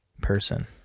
person